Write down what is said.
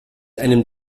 einem